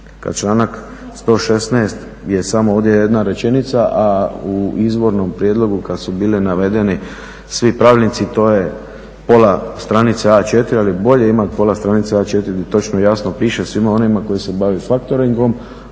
kad članak 116. je samo ovdje jedna rečenica, a u izvornom prijedlogu kad su bili navedeni svi pravilnici to je pola stranice A4, ali bolje imati pola stranice A4 gdje točno i jasno piše svima onima koji se bave faktoringom,